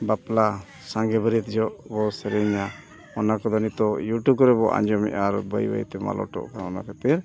ᱵᱟᱯᱞᱟ ᱥᱟᱸᱜᱮ ᱵᱟᱹᱨᱭᱟᱹᱛ ᱡᱚᱦᱚᱜ ᱠᱚ ᱥᱮᱨᱮᱧᱟ ᱚᱱᱟ ᱠᱚᱫᱚ ᱱᱤᱛᱚᱜ ᱨᱮ ᱵᱚ ᱟᱸᱡᱚᱢᱮᱫᱼᱟ ᱟᱨ ᱵᱟᱹᱭᱼᱵᱟᱹᱭᱛᱮ ᱢᱟᱞᱚᱴᱚᱜ ᱠᱟᱱᱟ ᱚᱱᱟ ᱠᱷᱟᱹᱛᱤᱨ